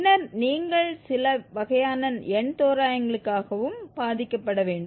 பின்னர் நீங்கள் சில வகையான எண் தோராயங்களுக்காகவும் பாதிக்கப்பட வேண்டும்